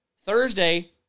Thursday